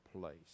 place